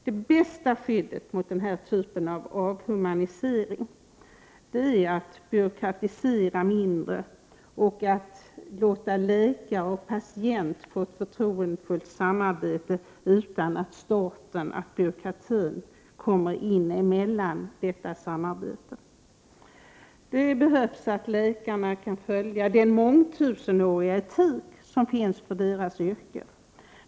Det bästa skyddet mot den här typen av avhumanisering är att byråkratisera mindre och att låta läkare och patient få ett förtroendefullt samarbete, utan att staten och byråkratin kommer in emellan. Läkarna behöver kunna följa den mångtusenåriga etik som finns inom deras yrke.